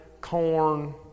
corn